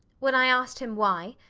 when i asked him why,